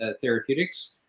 Therapeutics